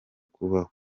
kubaho